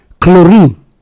chlorine